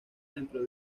dentro